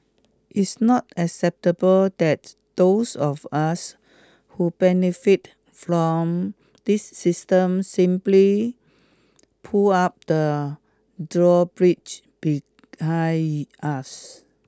it's not acceptable that those of us who benefit from this system simply pull up the drawbridge behind us